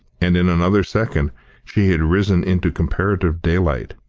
and in another second she had risen into comparative daylight.